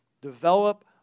develop